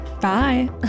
Bye